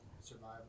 Survival